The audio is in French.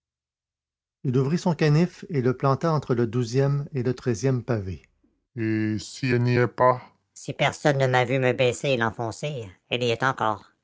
il ouvrit son canif et le planta entre le douzième et le treizième pavé et si elle n'y est pas si personne ne m'a vu me baisser et l'enfoncer elle y est encore